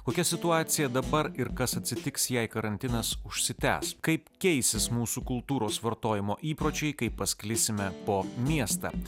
kokia situacija dabar ir kas atsitiks jei karantinas užsitęs kaip keisis mūsų kultūros vartojimo įpročiai kai pasklisime po miestą